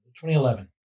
2011